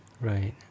right